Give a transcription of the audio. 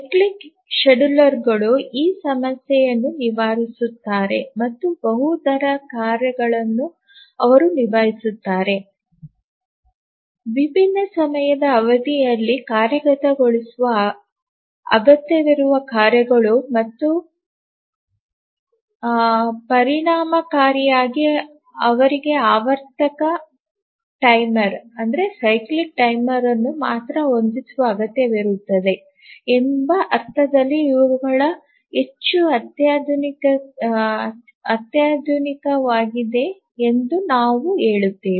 cyclic ವೇಳಾಪಟ್ಟಿಗಳು ಈ ಸಮಸ್ಯೆಯನ್ನು ನಿವಾರಿಸುತ್ತಾರೆ ಮತ್ತು ಬಹು ದರ ಕಾರ್ಯಗಳನ್ನು ಅವರು ನಿಭಾಯಿಸಬಲ್ಲರು ವಿಭಿನ್ನ ಸಮಯದ ಅವಧಿಯಲ್ಲಿ ಕಾರ್ಯಗತಗೊಳಿಸುವ ಅಗತ್ಯವಿರುವ ಕಾರ್ಯಗಳು ಮತ್ತು ಪರಿಣಾಮಕಾರಿಯಾಗಿ ಅವರಿಗೆ ಆವರ್ತಕ ಆವರ್ತಕ ಟೈಮರ್ ಅನ್ನು ಮಾತ್ರ ಹೊಂದಿಸುವ ಅಗತ್ಯವಿರುತ್ತದೆ ಎಂಬ ಅರ್ಥದಲ್ಲಿ ಇವುಗಳು ಹೆಚ್ಚು ಅತ್ಯಾಧುನಿಕವಾಗಿವೆ ಎಂದು ನಾವು ಹೇಳಿದ್ದೇವೆ